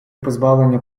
позбавлення